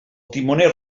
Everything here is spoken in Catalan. timoner